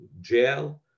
jail